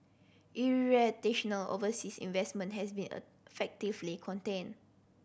overseas investment has been effectively contained